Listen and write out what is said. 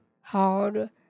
hard